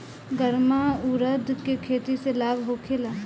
गर्मा उरद के खेती से लाभ होखे ला?